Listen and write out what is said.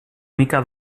mica